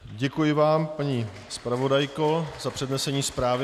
Děkuji vám, paní zpravodajko, za přednesení zprávy.